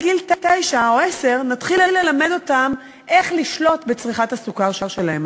מגיל תשע או עשר נתחיל ללמד אותן איך לשלוט בצריכת הסוכר שלהן.